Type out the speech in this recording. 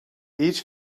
each